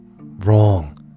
wrong